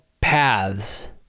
paths